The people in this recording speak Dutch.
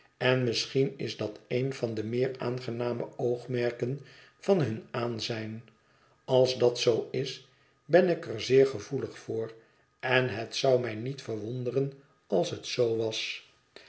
en misschien is dat een van de meer aangename oogmerken van hun aanzijn als dat zoo is ben ik er zeer gevoelig voor en het zou mij niet verwonderen als het zoo was